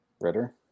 Ritter